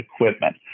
equipment